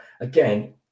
again